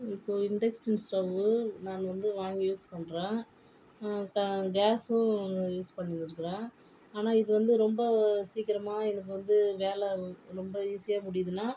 இப்போது induction stove நான் வந்து வாங்கி யூஸ் பண்ணுறேன் இப்போ கேஸும் யூஸ் பண்ணிருக்குறேன் ஆனால் இது வந்து ரொம்ப சீக்கிரமா எனக்கு வந்து வேலை ரொம்ப ஈசியாக முடியிதுனால்